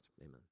Amen